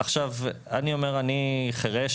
אני אומר שאני חירש,